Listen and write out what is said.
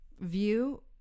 view